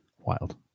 Wild